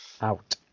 Out